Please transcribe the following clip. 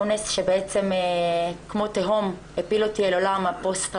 אונס שבעצם כמו תהום הפיל אותי אל עולם הפוסט טראומה.